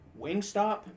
Wingstop